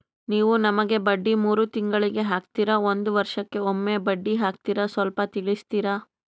ನೀವು ನಮಗೆ ಬಡ್ಡಿ ಮೂರು ತಿಂಗಳಿಗೆ ಹಾಕ್ತಿರಾ, ಒಂದ್ ವರ್ಷಕ್ಕೆ ಒಮ್ಮೆ ಬಡ್ಡಿ ಹಾಕ್ತಿರಾ ಸ್ವಲ್ಪ ತಿಳಿಸ್ತೀರ?